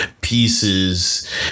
pieces